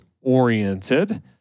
oriented